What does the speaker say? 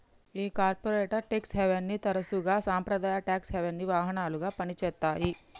ఈ corporate tax హేవెన్ని తరసుగా సాంప్రదాయ టాక్స్ హెవెన్సి వాహనాలుగా పని చేత్తాయి